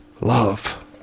love